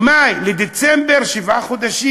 ממאי לדצמבר שבעה חודשים.